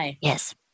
yes